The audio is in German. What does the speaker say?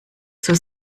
zur